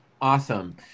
Awesome